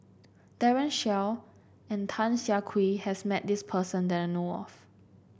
Daren Shiau and Tan Siah Kwee has met this person that I know of